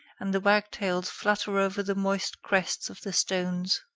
and the wagtails flutter over the moist crests of the stones.